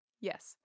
Yes